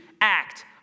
act